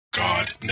God